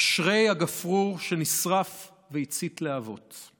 "אשרי הגפרור שנשרף והצית להבות /